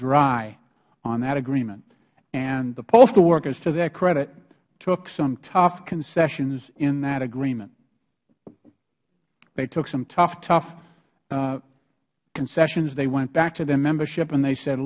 dry no that agreement and the postal workers to their credit took some tough concessions in that agreement they took some tough tough concessions they went back to their membership and they said